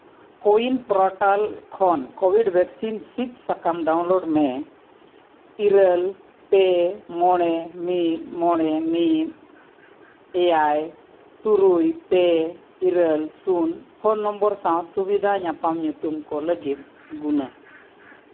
ᱠᱳᱭᱤᱱ portal ᱠᱷᱚᱱ covid vaccine ᱥᱤᱫ ᱥᱟᱠᱟᱢ ᱰᱟᱣᱩᱱᱞᱳᱰ ᱢᱮ ᱤᱨᱟᱹᱞ ᱯᱮ ᱢᱚᱬᱮ ᱢᱤᱫ ᱢᱚᱬᱮ ᱢᱤᱫ ᱮᱭᱟᱭ ᱛᱩᱨᱩᱭ ᱯᱮ ᱤᱨᱟᱹᱞ ᱥᱩᱱ ᱯᱷᱳᱱ ᱱᱚᱢᱵᱚᱨ ᱥᱟᱶ ᱥᱩᱵᱤᱫᱷᱟ ᱧᱟᱯᱟᱢ ᱧᱩᱛᱩᱢ ᱠᱚ ᱞᱟᱹᱜᱤᱫ ᱜᱩᱱᱟ